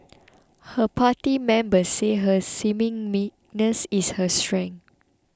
her party members say her seeming meekness is her strength